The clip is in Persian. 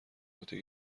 عهده